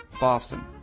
Boston